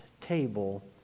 table